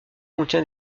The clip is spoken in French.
obtient